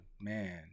Man